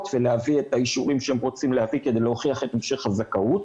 ולהביא את האישורים שהם רוצים להביא כדי להוכיח את המשך הזכאות,